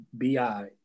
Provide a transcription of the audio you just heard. BI